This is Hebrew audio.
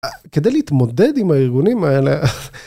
כדי להתמודד עם הארגונים האלה.